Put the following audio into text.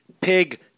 pig